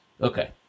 Okay